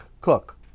Cook